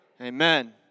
Amen